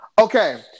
Okay